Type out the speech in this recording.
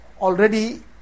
already